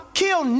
kill